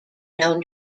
known